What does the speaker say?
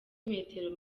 metero